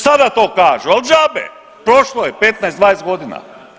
Sada to kažu, ali džabe, prošlo je 15, 20 godina.